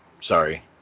Sorry